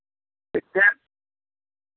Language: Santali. ᱮᱥᱠᱟᱨ